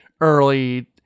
early